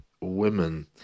women